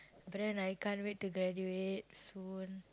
but then I can't wait to graduate soon